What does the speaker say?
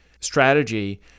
strategy